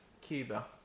Cuba